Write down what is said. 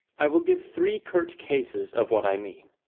i will give three curt cases of what i mean.